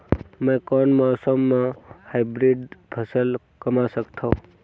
मै कोन मौसम म हाईब्रिड फसल कमा सकथव?